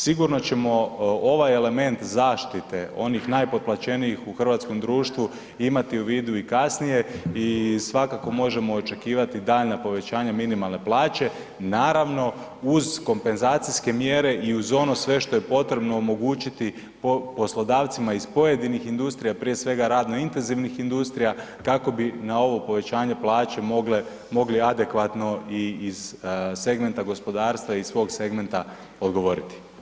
Sigurno ćemo ovaj element zaštite onih najpotplaćenijih u hrvatskom društvu imati u vidu i kasnije i svakako možemo očekivati daljnja povećanja minimalne plaće, naravno, uz kompenzacijske mjere i uz ono sve što je potrebno omogućiti poslodavcima iz pojedinih industrija, prije svega radno intenzivnih industrija, kako bi na ovo povećanje plaće mogli adekvatno i iz segmenta gospodarstva i iz svog segmenta odgovoriti.